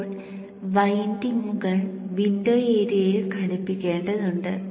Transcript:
ഇപ്പോൾ വിൻഡിംഗുകൾ വിൻഡോ ഏരിയയിൽ ഘടിപ്പിക്കേണ്ടതുണ്ട്